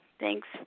Thanks